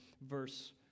verse